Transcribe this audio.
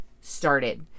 started